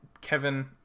Kevin